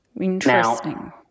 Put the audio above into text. Interesting